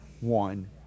one